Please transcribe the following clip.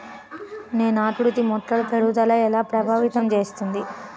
నేల ఆకృతి మొక్కల పెరుగుదలను ఎలా ప్రభావితం చేస్తుంది?